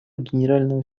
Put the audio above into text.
генерального